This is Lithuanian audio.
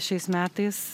šiais metais